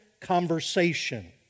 conversation